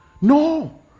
No